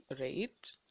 Right